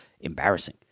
Embarrassing